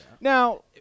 Now